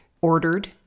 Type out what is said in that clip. ordered